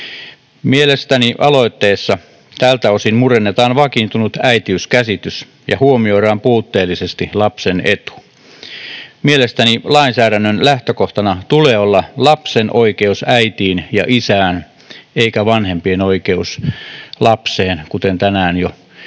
Mielestäni aloitteessa tältä osin murennetaan vakiintunut äitiyskäsitys ja huomioidaan puutteellisesti lapsen etu. Mielestäni lainsäädännön lähtökohtana tulee olla lapsen oikeus äitiin ja isään eikä vanhempien oikeus lapseen, kuten jo äsken